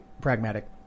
pragmatic